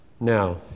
Now